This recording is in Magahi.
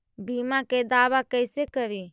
बीमा के दावा कैसे करी?